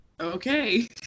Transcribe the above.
okay